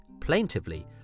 plaintively